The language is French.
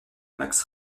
max